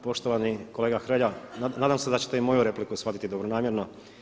Poštovani kolega Hrelja, nadam se da ćete i moju repliku shvatiti dobronamjerno.